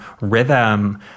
rhythm